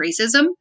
racism